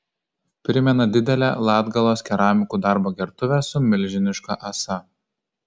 primena didelę latgalos keramikų darbo gertuvę su milžiniška ąsa